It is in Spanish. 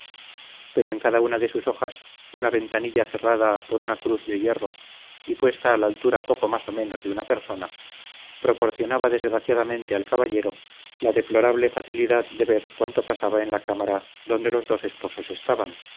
pero en cada una de sus hojas una ventanilla cerrada por una cruz de hierro y puesta a la altura poco más o menos de una persona proporcionaba desgraciadamente al caballero la deplorable facilidad de ver cuanto pasaba en la cámara donde los dos esposos estaban